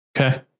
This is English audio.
Okay